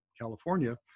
California